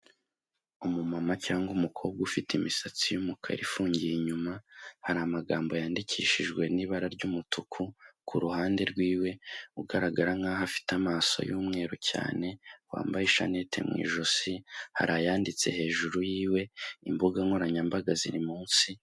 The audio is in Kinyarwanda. Umuma cyangwa umukobwa ufite imisatsi y'umukara ifungiye inyuma hari amagambo yandikishijwe n'ibara ry'umutuku kuruhande rwiwe ugaragara nk'aho afite amaso y'umweru cyane wambaye ishananete mu ijosi hari ayanditse hejuru y'iwe, imbuga nkoranyambaga ziri munsi.